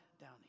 down